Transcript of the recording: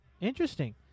Interesting